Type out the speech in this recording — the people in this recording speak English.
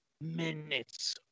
minutes